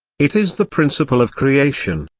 it is the principle of creation,